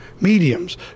mediums